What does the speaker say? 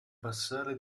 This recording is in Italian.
passare